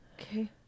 Okay